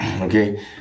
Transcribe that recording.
okay